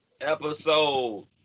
episode